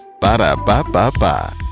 Ba-da-ba-ba-ba